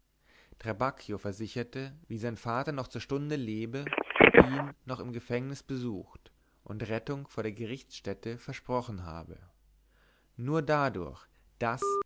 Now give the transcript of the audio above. trabacchio versicherte wie sein vater noch zur stunde lebe ihn noch im gefängnis besucht und rettung von der gerichtsstätte versprochen habe nur dadurch daß